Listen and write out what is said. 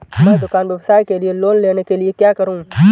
मैं दुकान व्यवसाय के लिए लोंन लेने के लिए क्या करूं?